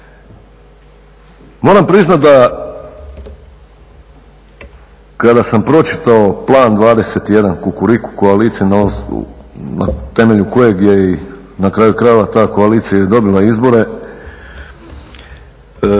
Moram priznati da kada sam pročitao Plan 21 Kukuriku koalicije na temelju kojeg je na kraju krajeva ta koalicija i dobila izbore,